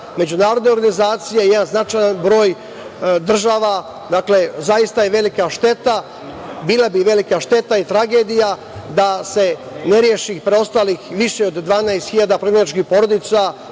međunarodne organizacije i jedan značajan broj država. Dakle, zaista je velika šteta, bila bi velika šteta i tragedija da se ne reši preostalih više od 12 hiljada prognaničkih porodica